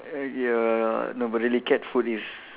err ya no but really cat food is